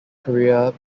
career